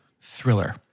thriller